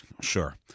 Sure